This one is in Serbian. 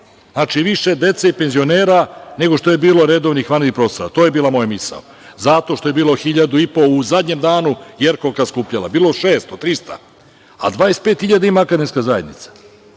Znači, više dece i penzionera, nego što je bilo redovnih vanrednih profesora. To je bila moja misao zato što je bilo 1.500 u zadnjem danu, Jerkovka skupljala. Bilo 600, 300, a 25.000 ima akademska zajednica.